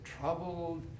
troubled